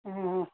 ہاں ہاں